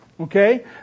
Okay